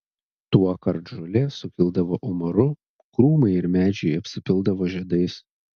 tuokart žolė sukildavo umaru krūmai ir medžiai apsipildavo žiedais